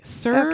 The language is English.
sir